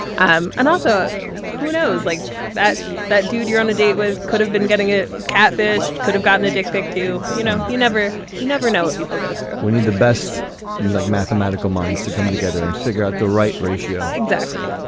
um and also who knows like that that dude you're on a date with. could have been getting it. catfish could have gotten a dick pic too. you know you never you never know what people go through we need the best mug mathematical minds to come together and figure out the right ratio. exactly.